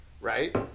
right